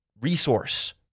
resource